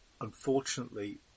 unfortunately